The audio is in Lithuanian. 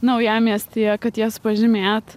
naujamiestyje kad jas pažymėt